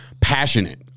passionate